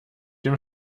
dem